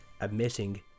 admitting